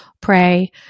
pray